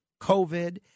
COVID